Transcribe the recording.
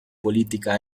politica